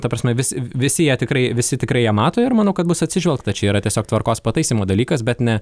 ta prasme vis visi jie tikrai visi tikrai jie mato ir manau kad bus atsižvelgta čia yra tiesiog tvarkos pataisymo dalykas bet ne